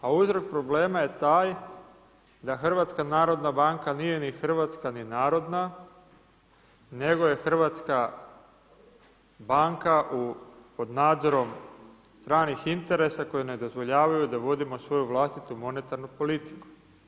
A uzrok problema je taj da Hrvatska narodna banka nije ni Hrvatska, ni narodna, nego je Hrvatska banka pod nadzorom stranih interesa koji ne dozvoljavaju da vodimo svoju vlastitu monetarnu politiku.